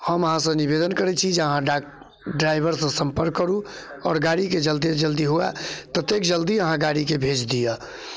हम अहाँसँ निवेदन करै छी जे अहाँ ड्राइवरसँ सम्पर्क करू आओर गाड़ीके जते जल्दी हुए ततेक जल्दी अहाँ गाड़ीके भेज दिऽ